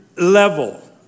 level